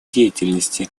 деятельности